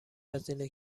هزینه